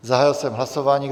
Zahájil jsem hlasování.